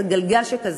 זה גלגל שכזה.